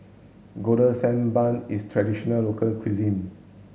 golden sand bun is traditional local cuisine